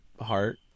heart